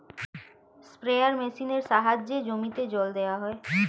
sprayer মেশিনের সাহায্যে জমিতে জল দেওয়া হয়